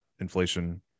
inflation